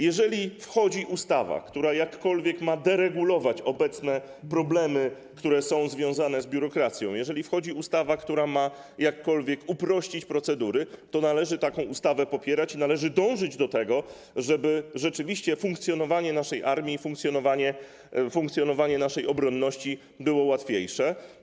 Jeżeli wchodzi ustawa, która jakkolwiek ma deregulować, rozwiązywać obecne problemy, które są związane z biurokracją, jeżeli wchodzi ustawa, która ma jakkolwiek uprościć procedury, to należy taką ustawę popierać i należy dążyć do tego, żeby rzeczywiście funkcjonowanie naszej armii i działania w zakresie naszej obronności były łatwiejsze.